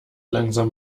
langsam